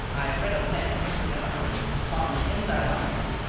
i have read of men who, never having swum in their lives,